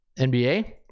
NBA